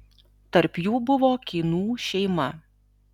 tarp jų buvo kynų šeima